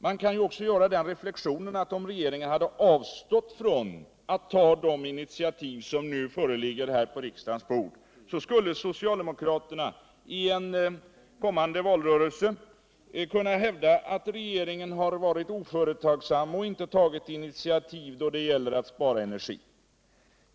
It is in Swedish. Man kan ju också göra den reflexionen att om regeringen hade avstått från att ta de initiativ som resulterat i den proposition som nu föreligger, så skulle socialdemokraterna i en kommande valrörelse ha kunnat hävda att regeringen varit oföretagsam och inte tagit initiativ då det gäller att spara energi.